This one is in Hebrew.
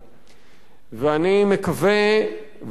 ואני מקווה, ואני גם מעריך,